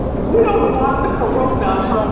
we don't want the corona.